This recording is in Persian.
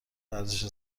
ورزش